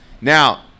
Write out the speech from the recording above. Now